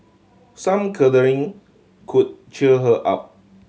some cuddling could cheer her up